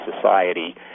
society